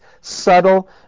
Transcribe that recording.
subtle